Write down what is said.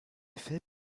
effet